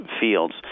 fields